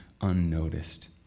unnoticed